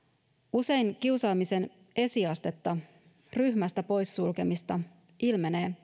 usein kiusaamisen esiastetta ryhmästä poissulkemista ilmenee